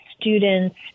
student's